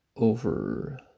Over